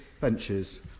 benches